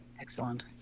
Excellent